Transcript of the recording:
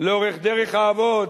לאורך דרך האבות,